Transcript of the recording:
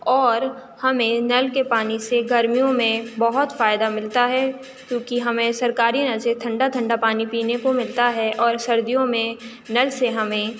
اور ہمیں نل کے پانی سے گرمیوں میں بہت فائدہ ملتا ہے کیونکہ ہمیں سرکاری نل سے ٹھنڈا ٹھنڈا پانی پینے کو ملتا ہے اور سردیوں میں نل سے ہمیں